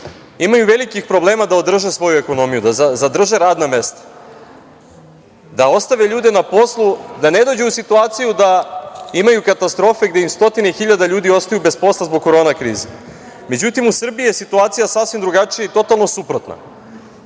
imaju velikih problema da održe svoju ekonomiju, da zadrže radna mesta, da ostave ljude na poslu, da ne dođu u situaciju da imaju katastrofe gde im stotine hiljada ljudi ostaju bez posla zbog korona krize.Međutim, u Srbiji je situacija sasvim drugačija i totalno suprotna.